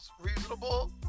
reasonable